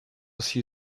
see